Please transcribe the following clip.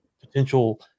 potential